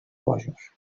bojos